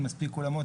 אין מספיק אולמות,